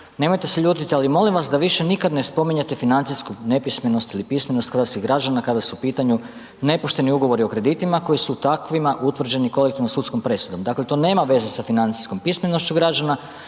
nemojte se ljuti ali molim vas da više nikad ne spominjete financijsku nepismenost ili pismenost hrvatskih građana kada su u pitanju nepošteni ugovori o kreditima koji su takvima utvrđeni kolektivnom sudskom presudom. Dakle, to nema veze sa financijskom pismenošću građana